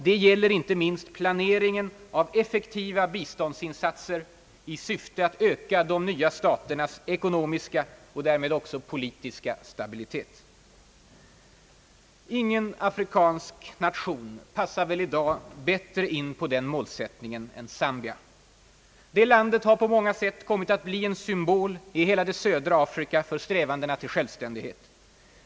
Det gäller inte minst planeringen av effektiva biståndsinsatser i syfte att öka de nya staternas ekonomiska och därmed också politiska stabilitet». Ingen afrikansk nation passar väl i dag bättre in på den målsättningen än Zambia. Det landet har på många sätt kommit att bli en symbol i hela det södra Afrika för strävandena till självständighet.